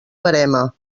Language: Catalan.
verema